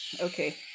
okay